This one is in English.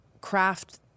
craft